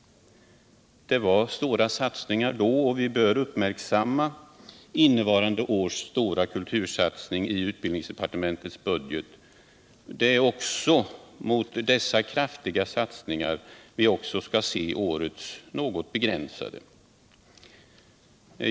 Vi bör också nu uppmärksamma innevarande års stora kultursatsning i utbildningsdepartementets budget. Det är mot dessa kraftiga satsningar vi skall se årets något mera begränsade.